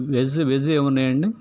veg veg ఏమున్నాయండి